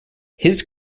his